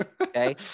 okay